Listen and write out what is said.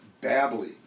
babbling